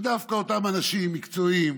ודווקא אותם אנשים מקצועיים,